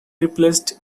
replaced